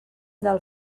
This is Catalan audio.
del